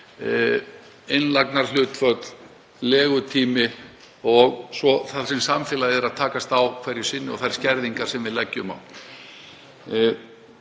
innlagnarhlutföll, legutíma og svo það sem samfélagið er að takast á við hverju sinni og þær skerðingar sem við komum á.